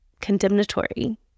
condemnatory